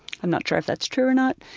i'm not sure if that's true or not.